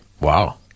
Wow